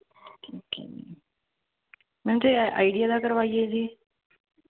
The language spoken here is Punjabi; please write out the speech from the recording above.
ਠੀਕ ਹੈ ਜੀ ਮੈਮ ਜੇ ਅ ਆਈਡੀਆ ਦਾ ਕਰਵਾਈਏ ਜੀ